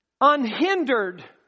Unhindered